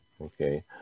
Okay